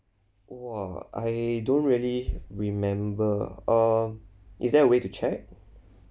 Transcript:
!wah! I don't really remember uh is there a way to check